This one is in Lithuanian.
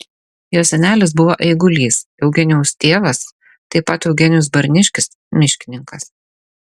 jo senelis buvo eigulys eugenijaus tėvas taip pat eugenijus barniškis miškininkas